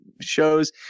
shows